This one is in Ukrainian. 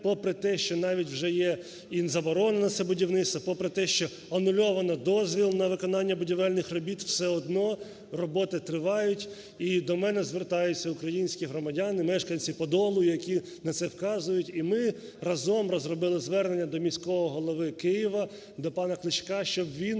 попри те, що навіть вже є і заборона на це будівництво, попри те, що анульовано дозвіл на виконання будівельних робіт, все одно роботи тривають і до мене звертаються українські громадяни мешканці подолу, які на це вказують. І ми разом розробили звернення до міського голови Києва, до пана Кличка, щоб він